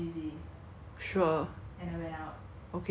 oh ya and then I remember that time during our birthday then you bake